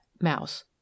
mouse